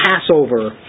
Passover